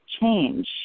change